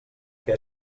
que